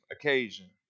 occasion